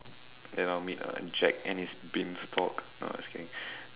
and I'll meet a Jack and his Beanstalk uh just kidding